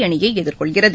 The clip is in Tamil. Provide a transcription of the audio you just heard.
அணியை எதிர்கொள்கிறது